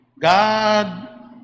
God